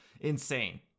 insane